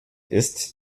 ist